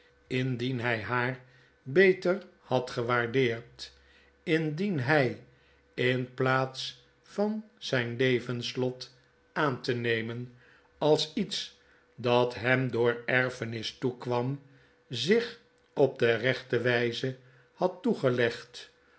indien hij haar beter had gewaardeerd indien hij in piaats van zgn levenslot aan te nemen als iets dat hem door erfenis toekwam zich op de rechte wyze had toegelegd